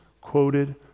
quoted